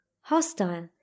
hostile